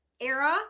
era